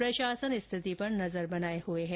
प्रशासन स्थिति पर नजर बनाए हुए है